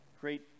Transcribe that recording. great